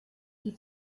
die